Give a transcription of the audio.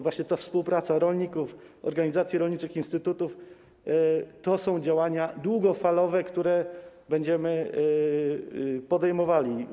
Właśnie ta współpraca rolników, organizacji rolniczych, instytutów to są działania długofalowe, które będziemy podejmowali.